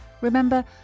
Remember